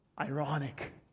Ironic